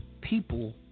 People